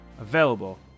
available